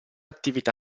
attività